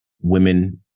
women